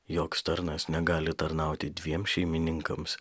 joks tarnas negali tarnauti dviem šeimininkams